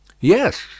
Yes